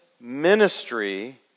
ministry